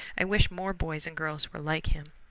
i wish more boys and girls were like him.